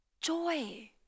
joy